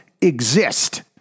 exist